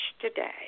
today